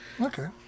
Okay